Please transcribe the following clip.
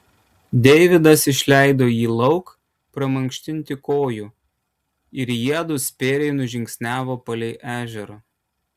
deividas išleido jį lauk pramankštinti kojų ir jiedu spėriai nužingsniavo palei ežerą